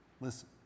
listen